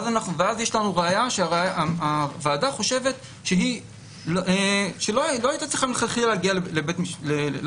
ואז יש לנו ראיה שהוועדה חושבת שלא הייתה צריכה מלכתחילה להגיע למשטרה.